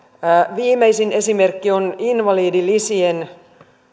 viimeisin esimerkki on invalidilisien